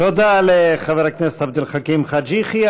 תודה לחבר הכנסת עבד אל חכים חאג' יחיא.